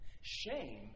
Shame